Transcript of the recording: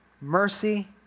Mercy